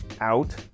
out